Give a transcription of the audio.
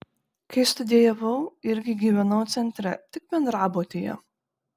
kai studijavau irgi gyvenau centre tik bendrabutyje